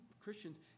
Christians